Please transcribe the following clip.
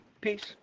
peace